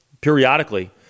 periodically